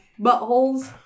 Buttholes